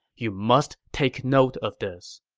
you must take note of this.